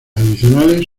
adicionales